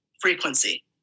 frequency